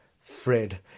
Fred